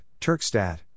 Turkstat